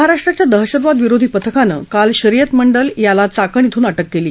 महाराष्ट्राच्या दहशतवाद विरोधी पथकानं काल शरीयत मंडल याला चाकण इथून अटक कली